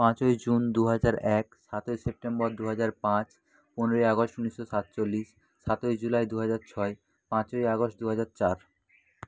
পাঁচই জুন দু হাজার এক সাতই সেপ্টেম্বর দু হাজার পাঁচ পনেরোই আগস্ট উনিশশো সাতচল্লিশ সাতই জুলাই দু হাজার ছয় পাঁচই আগস্ট দু হাজার চার